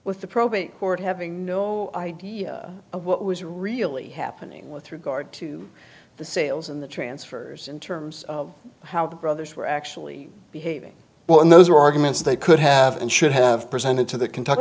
with the probate court having no idea of what was really happening with regard to the sales and the transfers in terms of how the brothers were actually behaving well in those arguments they could have and should have presented to the